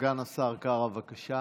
סגן השר קארה, בבקשה.